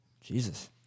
Jesus